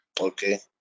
okay